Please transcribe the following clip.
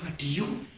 do you.